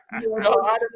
no